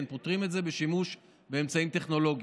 כן, פותרים את זה בשימוש באמצעים טכנולוגיים.